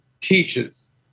teaches